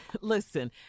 Listen